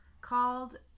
called